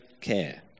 care